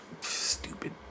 Stupid